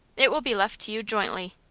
it will be left to you jointly.